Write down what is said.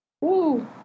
Woo